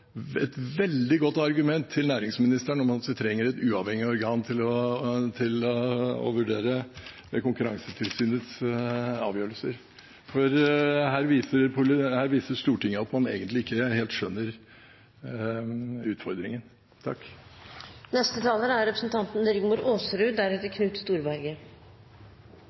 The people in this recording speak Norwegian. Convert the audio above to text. et veldig godt argument til næringsministeren om at vi trenger et uavhengig organ til å vurdere Konkurransetilsynets avgjørelser. Her viser Stortinget at man egentlig ikke helt skjønner utfordringen. Debatten er interessant, og argumentene endrer seg gjennom debatten. I sitt forrige innlegg var representanten